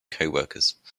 coworkers